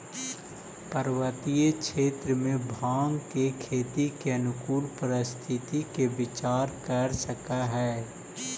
पर्वतीय क्षेत्र में भाँग के खेती के अनुकूल परिस्थिति के विचार कर सकऽ हई